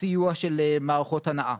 סיוע של מערכות הנעה.